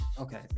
Okay